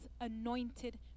anointed